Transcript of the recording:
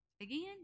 Again